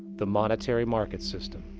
the monetary-market system.